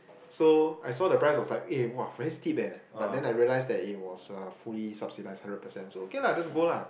so I saw the price I was like eh !wah! very steep aye but then I realise that it was uh fully subsidized hundred percent so okay lah just go lah